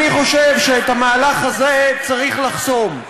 אני חושב שאת המהלך הזה צריך לחסום.